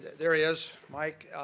there he is, mike.